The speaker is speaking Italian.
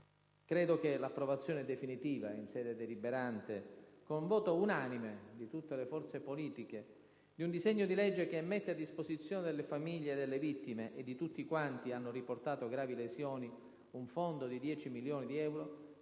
Credo che l'approvazione definitiva in sede deliberante, con voto unanime di tutte le forze politiche, di un disegno di legge che mette a disposizione delle famiglie delle vittime e di tutti quanti hanno riportato gravi lesioni un fondo di 10 milioni di euro,